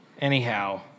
Anyhow